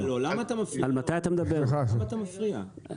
למה אתה מפריע לו?